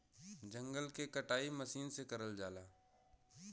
जंगल के कटाई मसीन से करल जाला